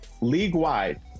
league-wide